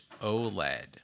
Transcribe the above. oled